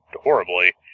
horribly